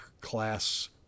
class